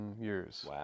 years